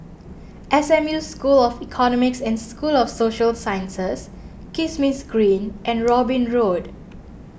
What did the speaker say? S M U School of Economics and School of Social Sciences Kismis Green and Robin Road